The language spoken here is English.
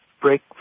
break